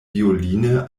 violine